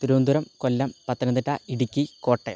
Thiruvananthapuram Kollam Pathanamthitta Idukki Kottayam